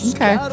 Okay